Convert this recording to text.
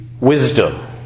wisdom